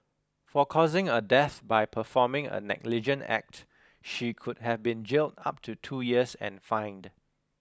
for causing a death by performing a negligent act she could have been jailed up to two years and fined